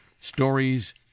stories